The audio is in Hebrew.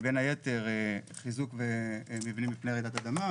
בין היתר חיזוק מבנים מפני רעידת אדמה,